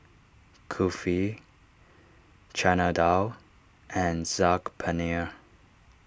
Kulfi Chana Dal and Saag Paneer